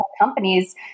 companies